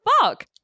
fuck